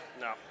No